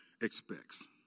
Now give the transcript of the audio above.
expects